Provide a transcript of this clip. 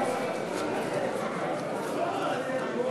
אדוני